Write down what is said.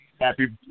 Happy